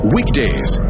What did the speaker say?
Weekdays